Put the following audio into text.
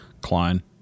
klein